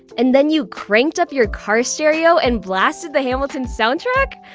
and then you cranked up your car stereo and blasted the hamilton soundtrack!